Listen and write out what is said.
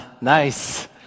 nice